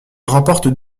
remporte